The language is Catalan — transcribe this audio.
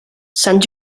sant